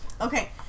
Okay